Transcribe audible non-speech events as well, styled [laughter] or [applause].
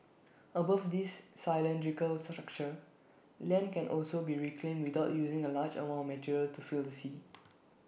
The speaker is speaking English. above this cylindrical structure land can also be reclaimed without using A large amount material to fill the sea [noise]